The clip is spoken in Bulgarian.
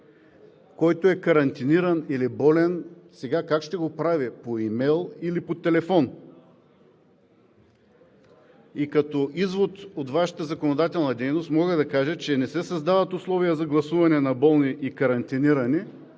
който е карантиниран или болен, сега как ще го прави – по имейл или по телефон? Като извод от Вашата законодателна дейност мога да кажа, че не се създават условия за гласуване на болни и карантинирани,